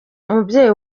umubyeyi